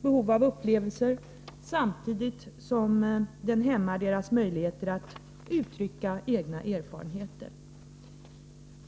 behov av upplevelser samtidigt som den hämmar deras möjligheter att uttrycka egna erfarenheter.